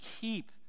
keep